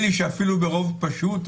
אפילו ברוב פשוט,